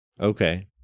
Okay